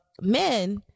men